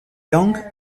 langue